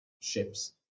Ships